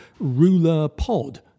RULERPOD